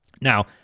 Now